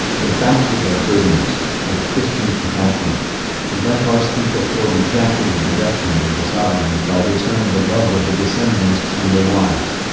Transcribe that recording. the fact that they're prisoners, with christian compassion leparsky fulfilled exactly the directions of the sovereign and by this earned the love of the decembrists and their wives.